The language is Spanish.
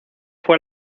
fue